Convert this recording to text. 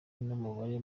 n’umubare